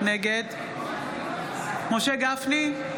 נגד משה גפני,